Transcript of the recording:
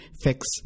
fix